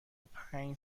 پنج